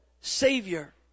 Savior